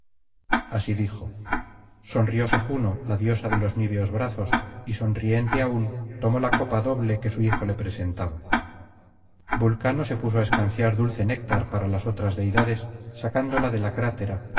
así dijo sonrióse juno la diosa de los niveos brazos y sonriente aún tomó la copa doble que su hijo le presentaba vulcano se puso á escanciar dulce néctar para las otras deidades sacándola de la crátera